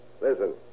Listen